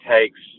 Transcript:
takes